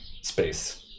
space